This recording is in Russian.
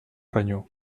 храню